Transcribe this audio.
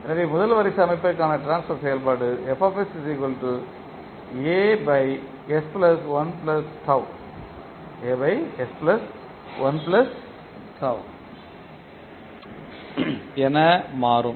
எனவே முதல் வரிசை அமைப்புக்கான ட்ரான்ஸ்பர் செயல்பாடு என மாறும்